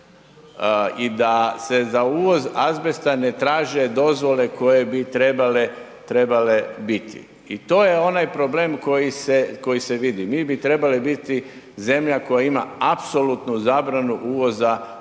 i da se za uvoz azbesta ne traže dozvole koje bi trebale biti i to je onaj problem koji se vidi, mi bi trebali biti zemlja koja ima apsolutnu zabranu uvoza azbesta,